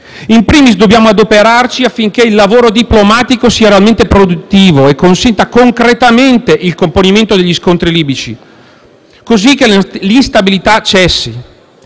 *In primis* dobbiamo adoperarci affinché il lavoro diplomatico sia realmente produttivo e consenta concretamente il componimento degli scontri libici, così che l'instabilità cessi,